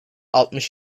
altmış